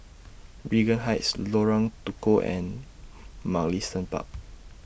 Regent Heights Lorong Tukol and Mugliston Park